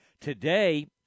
Today